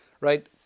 right